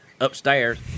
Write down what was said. upstairs